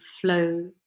flow